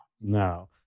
No